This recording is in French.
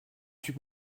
suis